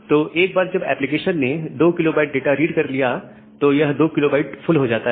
तो एक बार जब एप्लीकेशन ने 2 KB डाटा रीड कर लिया तो यह 2 KB फुल हो जाता है